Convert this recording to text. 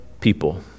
people